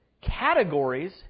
categories